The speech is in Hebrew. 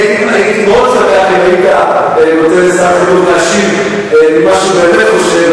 הייתי מאוד שמח אם היית נותן לשר החינוך להשיב מה שהוא באמת חושב,